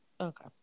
okay